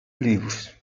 livros